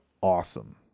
awesome